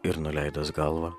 ir nuleidus galvą